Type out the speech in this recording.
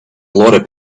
laura